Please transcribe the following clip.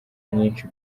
nyinshi